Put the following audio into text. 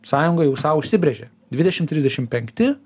sąjunga jau sau užsibrėžė dvidešimt trisdešimt penkti